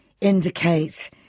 indicate